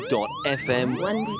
one